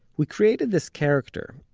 we created this character,